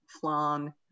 FLAN